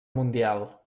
mundial